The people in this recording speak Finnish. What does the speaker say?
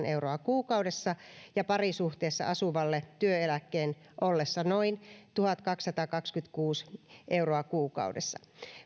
euroa kuukaudessa ja parisuhteessa asuvalle työeläkkeen ollessa noin tuhatkaksisataakaksikymmentäkuusi euroa kuukaudessa